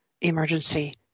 emergency